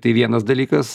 tai vienas dalykas